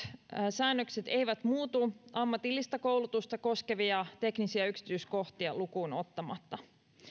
säännökset eivät muutu ammatillista koulutusta koskevia teknisiä yksityiskohtia lukuun ottamatta